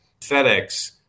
FedEx